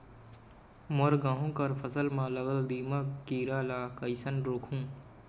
मोर गहूं कर फसल म लगल दीमक कीरा ला कइसन रोकहू?